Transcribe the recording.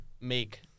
make